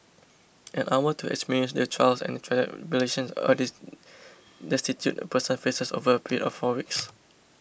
an hour to experience the trials and tribulations a destitute person faces over a period of four weeks